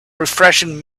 refreshing